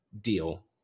deal